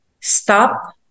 stop